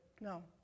No